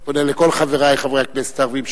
אני פונה לכל חברי חברי הכנסת הערבים,